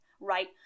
right